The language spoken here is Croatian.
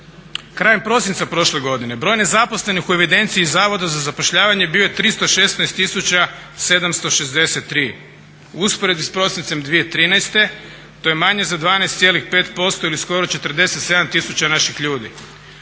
Krajem prosinca prošle godine broj nezaposlenih u evidenciji Zavoda za zapošljavanje bio je 316 tisuća 763. U usporedbi sa prosincem 2013. to je manje za 12,5% ili skoro 47 tisuća naših ljudi.